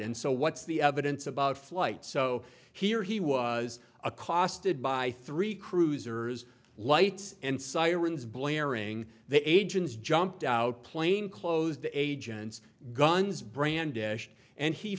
and so what's the evidence about flight so here he was accosted by three cruisers lights and sirens blaring the agents jumped out plainclothes the agents guns brandish and he